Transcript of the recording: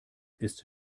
ist